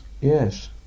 Yes